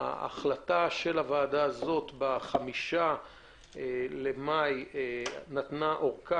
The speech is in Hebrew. ההחלטה של הוועדה ב-5 במאי 2020 נתנה ארכה